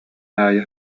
аайы